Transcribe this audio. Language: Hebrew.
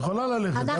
את יכולה ללכת.